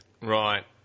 Right